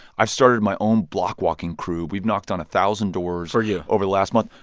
i've started my own block walking crew. we've knocked on a thousand doors. for you. over the last month.